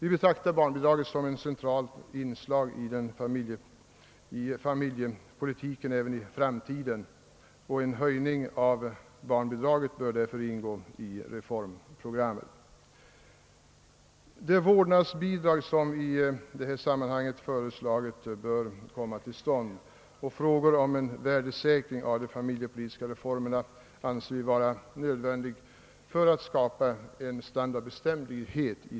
Vi betraktar barnbidraget som ett centralt inslag i familjepolitiken även i framtiden, och en höjning av barnbidraget bör därför ingå i reformprogrammet. Det vårdnadsbidrag som vi i detta sammanhang har föreslagit bör införas, och värdesäkring av de familjepolitiska reformerna anser vi vara nödvändig för att skapa standardbeständighet.